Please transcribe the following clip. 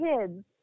kids